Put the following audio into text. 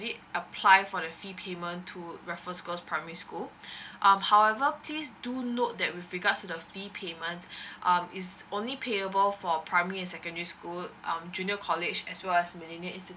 apply for the fee payment to raffles girls' primary school um however please do note that with regards to the fee payment um is only payable for primary and secondary school um junior college as well as millenia institute